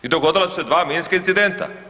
I dogodila su se dva minska incidenta.